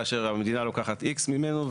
כאשר המדינה לוקחת X ממנו,